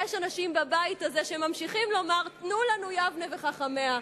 ויש אנשים בבית הזה שממשיכים לומר: תנו לנו יבנה וחכמיה.